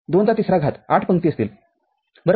२ चा ३रा घात८ पंक्ती असतील बरोबर